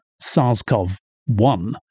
SARS-CoV-1